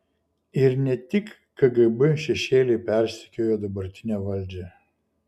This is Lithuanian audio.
ir ne tik kgb šešėliai persekiojo dabartinę valdžią